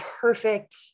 perfect